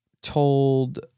told